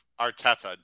Arteta